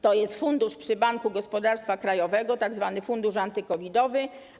To jest fundusz przy Banku Gospodarstwa Krajowego, tzw. fundusz anty-COVID-owy.